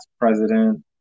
president